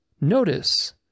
Notice